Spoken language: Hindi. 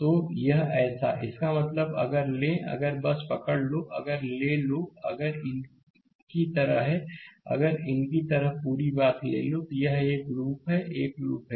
तो यह ऐसा इसका मतलब है अगर ले अगर बस पकड़ लो अगर ले लो अगर इन की तरह है अगर इन की तरह पूरी बात ले लो यह एक लूप है यह एक लूप है